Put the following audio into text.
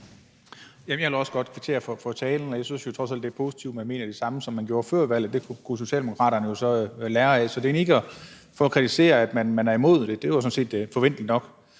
Jeg vil også godt kvittere for talen, og jeg synes jo trods alt, det er positivt, at man mener det samme, som man gjorde før valget. Det kunne Socialdemokraterne jo så lære af. Så det er egentlig ikke for at kritisere, at man er imod det. Det er jo sådan set forventeligt nok.